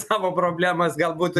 savo problemas gal būtų